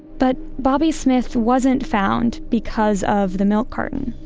but bobby smith wasn't found because of the milk carton.